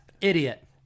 Idiot